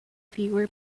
fewer